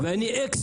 עם זה אפשר